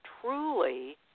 truly –